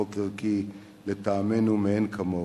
חוק ערכי, לטעמנו, מאין כמוהו.